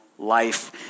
Life